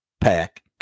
pack